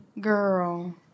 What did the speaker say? Girl